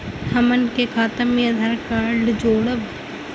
हमन के खाता मे आधार कार्ड जोड़ब?